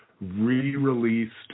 re-released